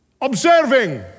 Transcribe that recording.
observing